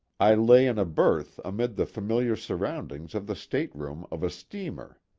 i lay in a berth amid the familiar surroundings of the stateroom of a steamer.